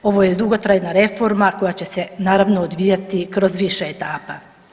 Ovo je dugotrajna reforma koja će se naravno odvijati kroz više etapa.